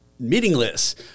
meaningless